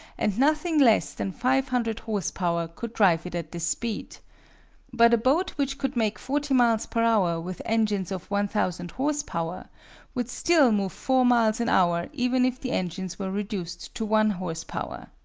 and nothing less than five hundred horse-power could drive it at this speed but a boat which could make forty miles per hour with engines of one thousand horse-power would still move four miles an hour even if the engines were reduced to one horse-power.